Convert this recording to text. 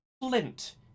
flint